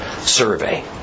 survey